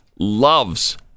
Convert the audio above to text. loves